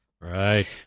Right